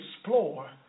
explore